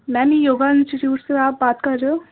میم yoga institute سے آپ بات کر رہے ہو